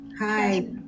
Hi